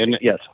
Yes